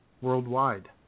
worldwide